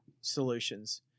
solutions